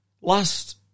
last